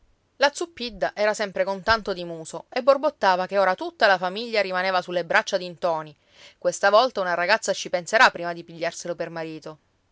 interessi la zuppidda era sempre con tanto di muso e borbottava che ora tutta la famiglia rimaneva sulle braccia di ntoni questa volta una ragazza ci penserà prima di pigliarselo per marito